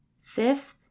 Fifth